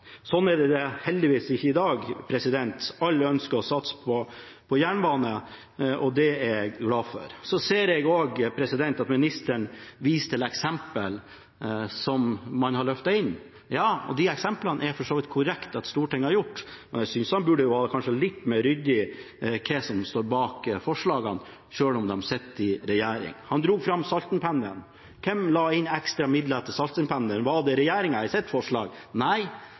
Sånn er det heldigvis ikke i dag. Alle ønsker å satse på jernbane, og det er jeg glad for. Så ser jeg også at ministeren viser til eksempler som man har løftet inn. Ja, og de eksemplene er det for så vidt korrekt at Stortinget har fått, men jeg synes han burde vært litt mer ryddig med tanke på hvem som står bak forslagene, selv om han sitter i regjering. Han dro fram Saltenpendelen. Hvem la inn ekstra midler til Saltenpendelen? Var det regjeringen i deres forslag?